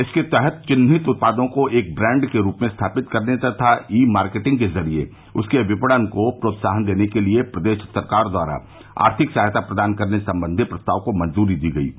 इसके तहत चिन्हित उत्पादों को एक ब्रांड के रूप में स्थापित करने तथा ई मार्केटिंग के जरिये उसके विपणन को प्रोत्साहन देने के लिये प्रदेश सरकार द्वारा आर्थिक सहायता प्रदान करने संबंधी प्रस्ताव को मंजूरी दी गई है